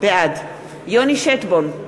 בעד יוני שטבון,